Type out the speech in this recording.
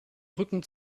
rücken